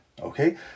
Okay